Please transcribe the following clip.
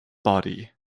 body